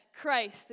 Christ